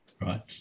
Right